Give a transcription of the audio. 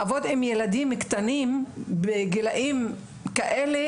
לעבוד עם ילדים קטנים בגילאים כאלה